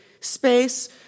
space